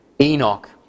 Enoch